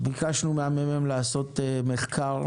ביקשנו מה-ממ"מ להציג לנו מחקר.